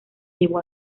llevó